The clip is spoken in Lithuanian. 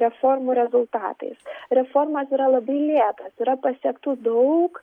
reformų rezultatais reformos yra labai lėtos yra pasiektų daug